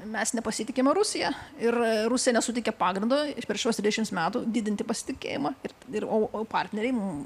mes nepasitikime rusija ir rusija nesuteikia pagrindo per šituos trisdešimt metų didinti pasitikėjimą ir ir o o partneriai mum